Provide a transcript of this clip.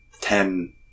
ten